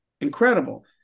incredible